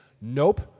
nope